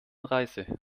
reise